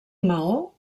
maó